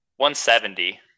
170